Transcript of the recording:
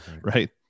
right